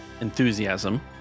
enthusiasm